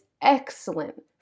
excellent